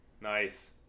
Nice